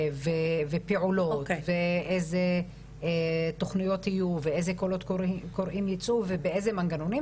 ופעולות ואיזה תוכניות יהיו ואיזה קולות קוראים יצאו ובאיזה מנגנונים,